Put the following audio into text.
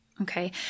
Okay